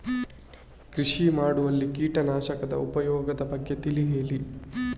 ಕೃಷಿ ಮಾಡುವಲ್ಲಿ ಕೀಟನಾಶಕದ ಉಪಯೋಗದ ಬಗ್ಗೆ ತಿಳಿ ಹೇಳಿ